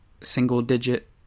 single-digit